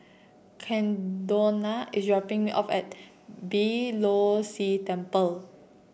Caldonia is dropping me off at Beeh Low See Temple